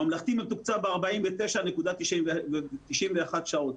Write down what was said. הממלכתי מתוקצב ב-49.91 שעות,